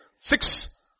six